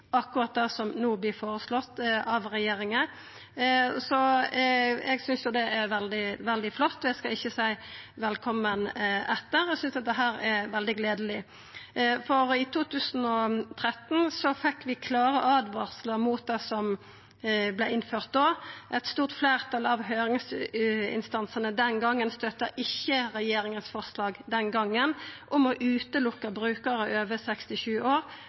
akkurat det som no blir foreslått av regjeringa. Så eg synest det er veldig flott. Eg skal ikkje seia velkommen etter. Eg synest dette er veldig gledeleg. I 2013 fekk vi klare åtvaringar om det som vart innført da. Eit stort fleirtal av høyringsinstansane støtta ikkje regjeringas forslag den gongen om å utelukka brukarar over 67 år